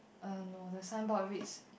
err no the signboard reads